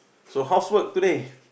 so how's work today